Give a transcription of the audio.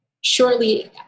shortly